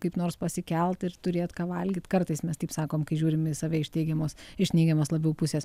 kaip nors pasikelt ir turėt ką valgyt kartais mes taip sakom kai žiūrim į save iš teigiamos iš neigiamas labiau pusės